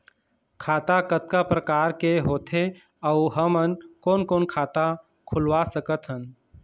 खाता कतका प्रकार के होथे अऊ हमन कोन कोन खाता खुलवा सकत हन?